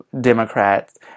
Democrats